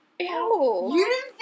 ew